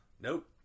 Nope